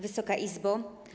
Wysoka Izbo!